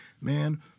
Man